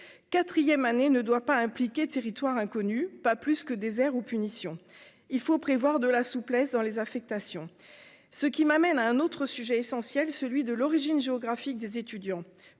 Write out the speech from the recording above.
quatrième année ne doit pas impliquer territoire inconnu, pas plus que des airs ou punition il faut prévoir de la souplesse dans les affectations, ce qui m'amène à un autre sujet essentiel, celui de l'origine géographique des étudiants